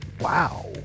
Wow